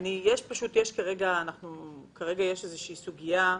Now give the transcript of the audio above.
כרגע יש איזו שהיא סוגיה,